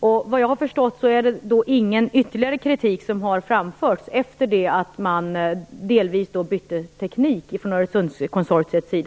Såvitt jag har förstått, är det ingen ytterligare kritik som har framförts efter det att Öresundskonsortiet delvis bytte teknik.